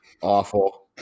Awful